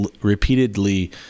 repeatedly